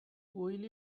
will